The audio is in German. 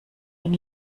wenn